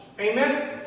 Amen